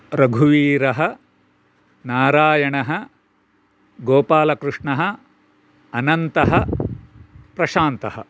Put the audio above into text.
रघुवीरः नारायणः गोपालकृष्णः अनन्तः प्रशान्तः